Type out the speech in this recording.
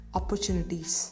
opportunities